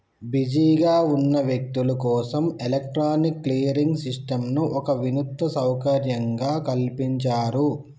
బిజీగా ఉన్న వ్యక్తులు కోసం ఎలక్ట్రానిక్ క్లియరింగ్ సిస్టంను ఒక వినూత్న సౌకర్యంగా కల్పించారు